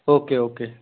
okay okay